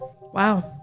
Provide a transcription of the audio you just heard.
Wow